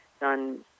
done